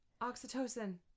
Oxytocin